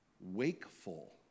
wakeful